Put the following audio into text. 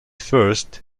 first